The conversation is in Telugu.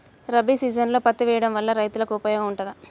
రబీ సీజన్లో పత్తి వేయడం వల్ల రైతులకు ఉపయోగం ఉంటదా?